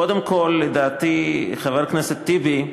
קודם כול, לדעתי, חבר הכנסת טיבי,